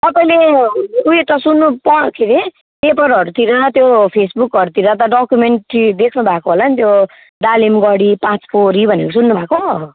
तपाईँले उयो त सुन्नु प के रे पेपरहरूतिर त्यो फेसबुकहरूतिर त डकुमेन्ट्री देख्नु भएको होला नि त्यो दालिमगढी पाँच पोखरी भनेर सुन्नु भएको